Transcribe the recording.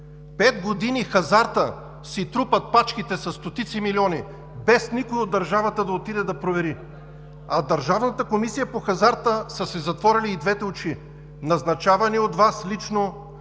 Пет години в хазарта си трупат пачките със стотици милиони, без никой от държавата да отиде и да провери! А в Държавната комисия по хазарта са си затворили и двете очи – назначавани от Вас лично,